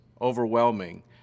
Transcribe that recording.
overwhelming